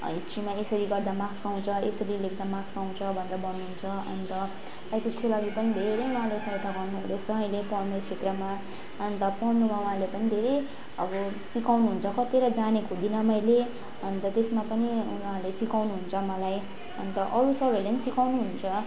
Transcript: हिस्ट्रीमा यसरी गर्दा मार्क्स आउँछ यसरी लेख्दा मार्क्स आउँछ भनेर भन्नुहुन्छ अन्त एचएसको लागि पनि धेरै उहाँले सहायता गर्नुहुँदैछ अहिले पढ्नु क्षेत्रमा अन्त पढ्नुमा उहाँले पनि धेरै अब सिकाउनुहुन्छ कतिवटा जानेको हुँदिनँ मैले अन्त त्यसमा पनि उहाँले सिकाउनुहुन्छ मलाई अन्त अरू सरहरूले पनि सिकाउनुहुन्छ